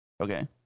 Okay